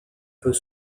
peut